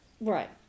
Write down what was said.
Right